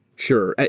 sure.